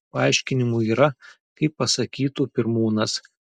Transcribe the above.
paaiškinimų yra kaip pasakytų pirmūnas